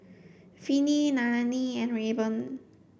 Vinnie Nallely and Rayburn